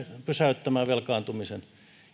pysäyttämään velkaantumisen